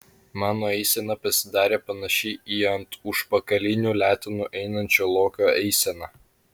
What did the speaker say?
mano eisena pasidarė panaši į ant užpakalinių letenų einančio lokio eiseną